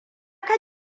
ka